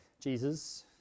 Jesus